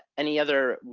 any other?